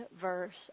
verse